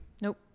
Nope